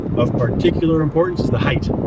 of particular importance is the height.